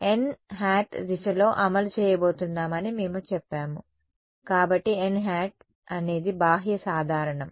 nˆ దిశలో అమలు చేయబోతున్నామని మేము చెప్పాము కాబట్టి nˆ అనేది బాహ్య సాధారణం